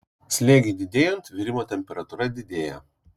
slėgiui didėjant virimo temperatūra didėja